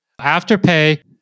Afterpay